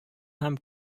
һәм